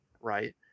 Right